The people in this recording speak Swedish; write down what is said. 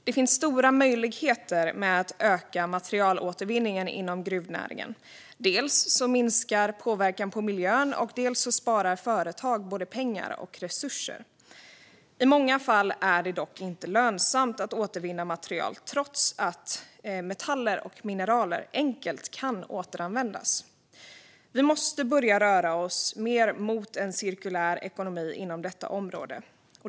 Det finns stora möjligheter med att öka materialåtervinningen inom gruvnäringen. Dels minskar påverkan på miljön, dels sparar företag pengar och resurser. I många fall är det dock inte lönsamt att återvinna material, trots att metaller och mineraler enkelt kan återanvändas. Vi måste börja röra oss mot en mer cirkulär ekonomi inom detta område.